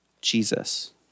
Jesus